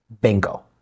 Bingo